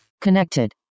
Connected